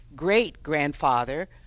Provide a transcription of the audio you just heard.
great-grandfather